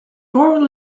foreign